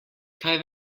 kaj